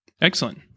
Excellent